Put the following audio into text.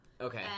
Okay